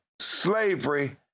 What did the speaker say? slavery